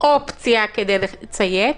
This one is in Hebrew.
אופציה כדי לציית,